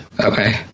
Okay